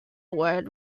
word